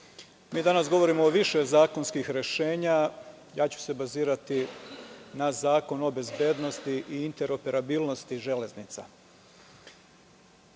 danas govorimo o više zakonskih rešenja, a ja ću se bazirati na Zakon o bezbednosti i interoperabilnosti železnica. Kao